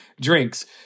drinks